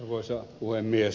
arvoisa puhemies